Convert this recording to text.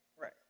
Right